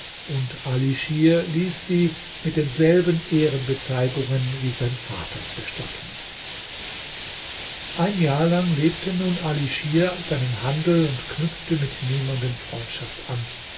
und ali schir ließ sie mit denselben ehrenbezeigungen wie sein vater bestatten ein jahr lang lebte nun ali schir seinem handel und knüpfte mit niemanden freundschaft an